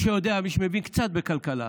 מי שיודע, מי שמבין קצת בכלכלה,